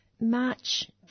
March